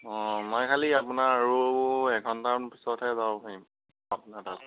অ মই খালি আপোনাৰ আৰু এক ঘণ্টামানৰ পিছতহে যাব পাৰিম আপোনাৰ তাত